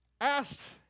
Asked